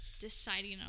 deciding